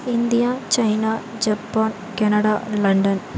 India China Japan Canada London